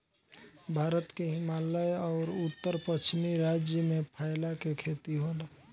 भारत के हिमालय अउर उत्तर पश्चिम राज्य में फैला के खेती होला